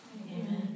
Amen